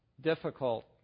difficult